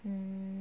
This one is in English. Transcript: mm